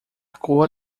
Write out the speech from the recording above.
cor